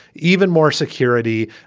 even more security.